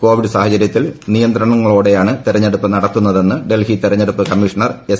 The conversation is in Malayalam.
കോവിഡ് സാഹചര്യത്തിൽ നിയന്ത്രണങ്ങളോടെയാണ് തെരഞ്ഞെടുപ്പ് നടത്തുന്നതെന്ന് ഡൽഹി തെരഞ്ഞെടുപ്പ് കമ്മീഷണർ എസ്